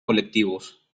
colectivos